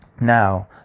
Now